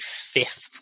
fifth